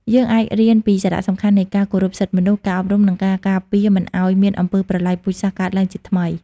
យើងអាចរៀនពីសារៈសំខាន់នៃការគោរពសិទ្ធិមនុស្ស ការអប់រំ និងការការពារមិនឲ្យមានអំពើប្រល័យពូជសាសន៍កើតឡើងជាថ្មី។